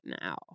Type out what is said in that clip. now